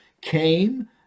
came